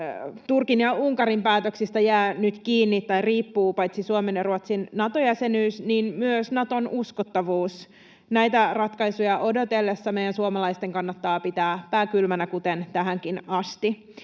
Turkin ja Unkarin päätöksistä riippuvat paitsi Suomen ja Ruotsin Nato-jäsenyys myös Naton uskottavuus. Näitä ratkaisuja odotellessa meidän suomalaisten kannattaa pitää pää kylmänä, kuten tähänkin asti.